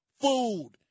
food